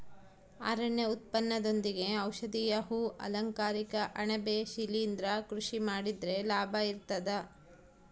ಅರಣ್ಯ ಉತ್ಪನ್ನದೊಂದಿಗೆ ಔಷಧೀಯ ಹೂ ಅಲಂಕಾರಿಕ ಅಣಬೆ ಶಿಲಿಂದ್ರ ಕೃಷಿ ಮಾಡಿದ್ರೆ ಲಾಭ ಇರ್ತದ